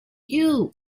you